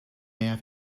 have